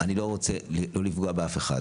אני לא רוצה לפגוע באף אחד.